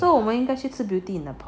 so 我们应该去吃 Beauty in a Pot